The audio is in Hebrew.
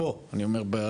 פה אני אומר,